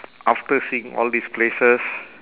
after seeing all these places